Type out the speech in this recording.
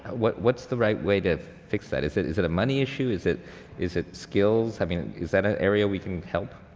what's the right way to fix that? is it is it a money issue? is it is it skills? i mean, is that an area we can help?